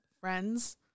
friends